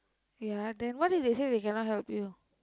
ya then what if they say they cannot help you